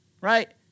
right